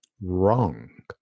wrong